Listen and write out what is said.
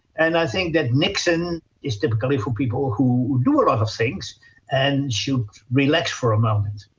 and i think that niksen is typically for people who do a lot of things and should relax for a moment.